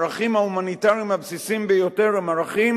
הערכים ההומניטריים הבסיסיים ביותר הם ערכים